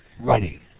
Running